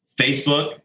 Facebook